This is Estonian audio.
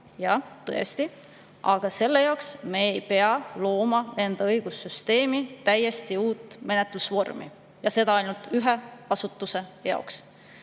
Jaa, tõesti. Aga selle jaoks me ei pea looma enda õigussüsteemi täiesti uut menetlusvormi, ja seda ainult ühe asutuse jaoks.